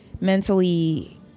mentally